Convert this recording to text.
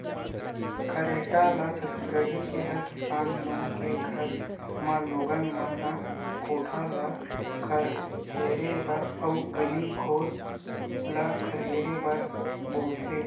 खरेटा ल छत्तीसगढ़ के हर किसान मन के घर म लोगन मन ह कोठा ल खरहेरे बर अउ गली घोर ल खरहेरे बर बउरथे